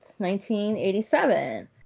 1987